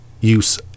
use